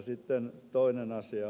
sitten toinen asia